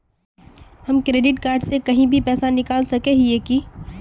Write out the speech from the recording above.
हम credit card से कहीं भी पैसा निकल सके हिये की?